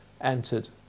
entered